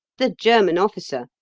the german officer,